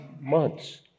months